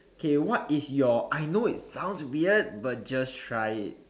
okay what is your I know it sounds weird but just try it